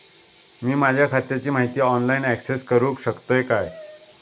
मी माझ्या खात्याची माहिती ऑनलाईन अक्सेस करूक शकतय काय?